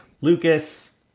lucas